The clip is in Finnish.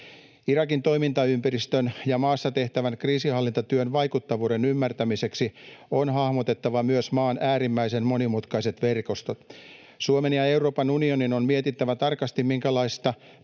Irakin toimintaympäristön ja maassa tehtävän kriisinhallintatyön vaikuttavuuden ymmärtämiseksi on hahmotettava myös maan äärimmäisen monimutkaiset verkostot. Suomen ja Euroopan unionin on mietittävä tarkasti, minkälaista